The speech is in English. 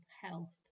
health